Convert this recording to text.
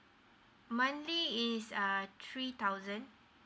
monthly is uh three thousand